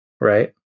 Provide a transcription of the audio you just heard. right